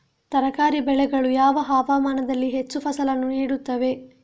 ತರಕಾರಿ ಬೆಳೆಗಳು ಯಾವ ಹವಾಮಾನದಲ್ಲಿ ಹೆಚ್ಚು ಫಸಲನ್ನು ನೀಡುತ್ತವೆ?